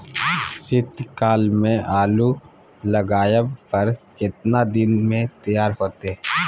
शीत काल में आलू लगाबय पर केतना दीन में तैयार होतै?